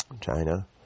China